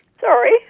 Sorry